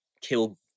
kill